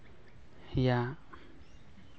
ᱭᱟᱜ